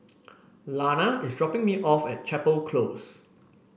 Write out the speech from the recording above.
Lana is dropping me off at Chapel Close